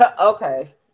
Okay